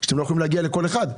שאתם לא יכולים להגיע לכל אחד.